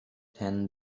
ten